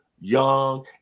Young